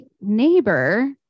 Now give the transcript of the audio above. neighbor